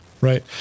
Right